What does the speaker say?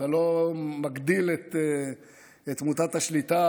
אתה לא מגדיל את מוטת השליטה,